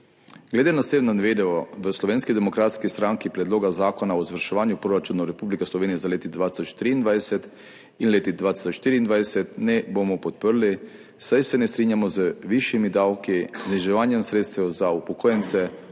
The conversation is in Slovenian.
Glede na vse navedeno v Slovenski demokratski stranki Predloga zakona o izvrševanju proračunov Republike Slovenije za leti 2023 in 2024 ne bomo podprli, saj se ne strinjamo z višjimi davki, zniževanjem sredstev za upokojence